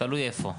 תלוי איפה.